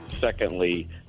Secondly